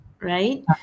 right